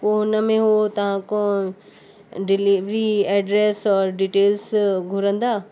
पोइ हुनमें हो तव्हाखां डिलीवरी एड्रेस और डिटेल्स घुरंदा